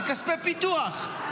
בכספי פיתוח,